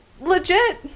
legit